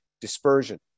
dispersion